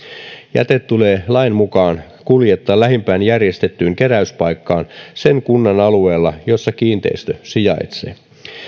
jäte tulee lain mukaan kuljettaa lähimpään järjestettyyn keräyspaikkaan sen kunnan alueella jossa kiinteistö sijaitsee